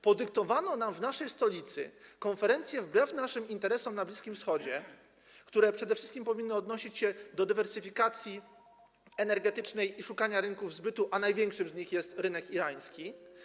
Podyktowano nam konferencję w naszej stolicy wbrew naszym interesom na Bliskim Wschodzie, które przede wszystkim powinny odnosić się do dywersyfikacji energetycznej i szukania rynków zbytu, a największym z nich jest rynek irański.